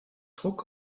druck